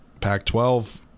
Pac-12